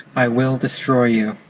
i will destroy you